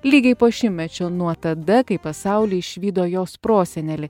lygiai po šimtmečio nuo tada kai pasaulį išvydo jos prosenelė